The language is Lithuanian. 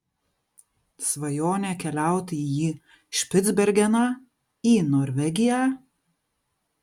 svajonė keliauti į špicbergeną į norvegiją